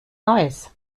neues